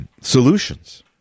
solutions